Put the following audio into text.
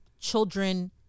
children